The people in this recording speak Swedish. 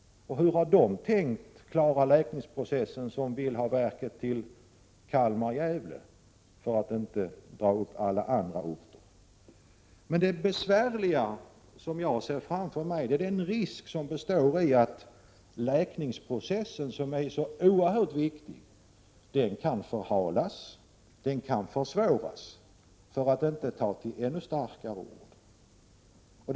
Hur har de tänkt klara läkningsprocessen som vill ha verket till Kalmar eller Gävle, för att nu inte dra upp alla andra orter? Det besvärliga som jag ser framför mig är den risk som består i att läkningsprocessen, som är så oerhört viktig, kan förhalas och försvåras, för att inte ta till ännu starkare ord.